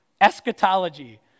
Eschatology